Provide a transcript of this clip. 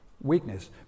Weakness